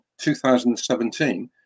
2017